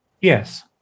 Yes